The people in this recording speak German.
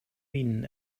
minen